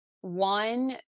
One